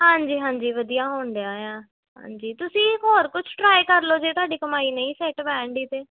ਹਾਂਜੀ ਹਾਂਜੀ ਵਧੀਆ ਹੋਣ ਡਿਆ ਆ ਹਾਂਜੀ ਤੁਸੀਂ ਹੋਰ ਕੁਛ ਟਰਾਈ ਕਰ ਲਓ ਜੇ ਤੁਹਾਡੀ ਕਮਾਈ ਨਹੀਂ ਸੈੱਟ ਬਹਿੰਡੀ ਤਾਂ